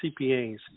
CPAs